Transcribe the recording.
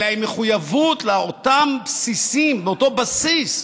אלא היא מחויבות לאותם בסיסים, לאותו בסיס,